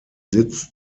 sitz